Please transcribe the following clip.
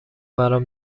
برام